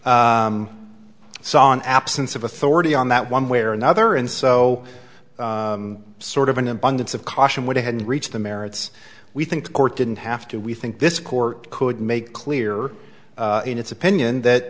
saw an absence of authority on that one way or another and so sort of an abundance of caution when they had reached the merits we think the court didn't have to we think this court could make clear in its opinion that